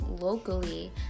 locally